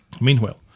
Meanwhile